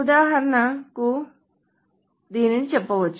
ఉదాహరణకు దీనిని చెప్పవచ్చు